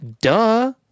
duh